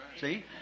See